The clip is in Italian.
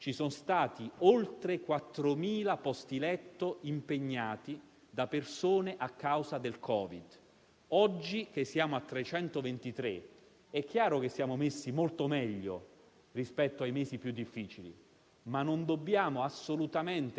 È chiaro che questo è un punto di differenza fondamentale perché il Covid non ha lo stesso effetto, in termini di ricaduta e di peso sulla pressione sanitaria, sulle persone di età più giovane rispetto a chi, invece, ha qualche anno in più.